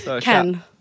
Ken